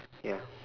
ya